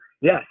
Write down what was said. Yes